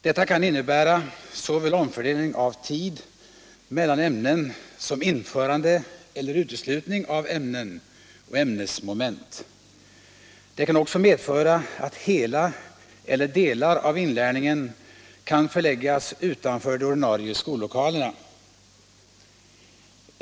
Detta kan innebära såväl omfördelning av tid mellan ämnen som införande eller uteslutning av ämnen och ämnesmoment. Det kan också medföra att hela eller delar av inlärningen kan förläggas utanför de ordinarie skollokalerna.